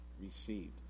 received